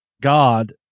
God